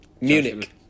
Munich